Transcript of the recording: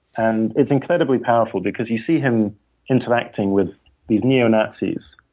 and it's incredibly powerful because you see him interacting with these neo-nazis,